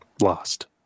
Lost